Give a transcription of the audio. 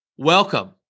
welcome